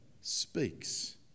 speaks